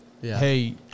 hey